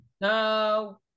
no